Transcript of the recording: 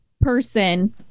person